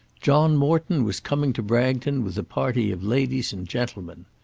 john morton was coming to bragton with a party of ladies and gentlemen.